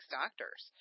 doctors